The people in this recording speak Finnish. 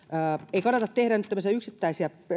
ei kannata tehdä nyt tämmöisiä yksittäisiä